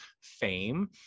fame